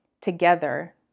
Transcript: together